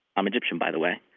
i'm egyptian, by the way.